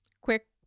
quick